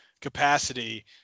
capacity